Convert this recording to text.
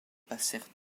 passèrent